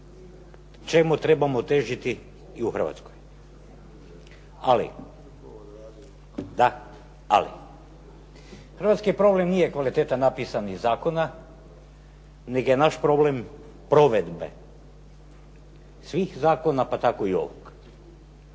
čemu trebamo težiti i u Hrvatskoj. Ali, da, ali, hrvatski problem nije kvaliteta napisanih zakona, nego je naš problem provedbe svih zakona pa tako i ovog.